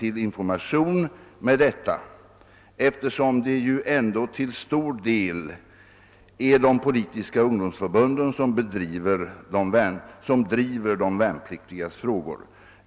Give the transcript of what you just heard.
till information med detta eftersom det ju ändå till stor del är de politiska ungdomsförbunden som driver de värnpliktigas frågor.